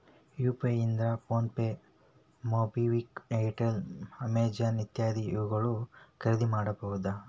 UPI ಇದ್ರ PhonePe MobiKwik Airtel Amazon ಇತ್ಯಾದಿ ಯೊಳಗ ಖರಿದಿಮಾಡಬಹುದು